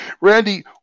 Randy